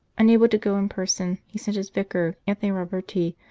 unable to go in person, he sent his vicar, anthony roberti,